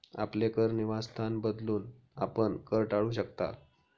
आपले कर निवासस्थान बदलून, आपण कर टाळू शकता